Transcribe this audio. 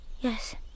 Yes